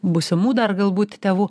būsimų dar galbūt tėvų